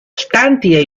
stanti